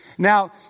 Now